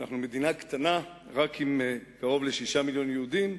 שאנחנו מדינה קטנה רק עם קרוב ל-6 מיליוני יהודים,